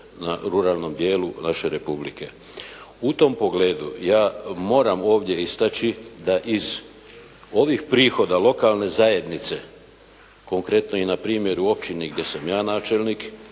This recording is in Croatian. na ruralnom dijelu naše republike. U tom pogledu ja moram ovdje istači da iz ovih prihoda lokalne zajednice, konkretno i na primjeru u općini gdje sam ja načelnik,